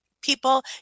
people